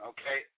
Okay